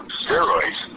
steroids